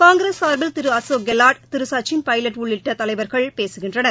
காங்கிரஸ் சாா்பில் திரு அசோக் கெலாட் திரு சச்சின் பைலட் உள்ளிட்ட தலைவர்கள் பேசுகின்றனர்